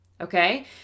okay